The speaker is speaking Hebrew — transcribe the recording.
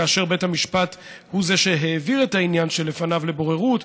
כאשר בית המשפט הוא זה שהעביר את העניין שלפניו לבוררות,